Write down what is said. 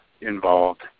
involved